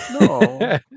No